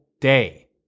day